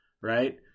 right